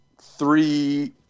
three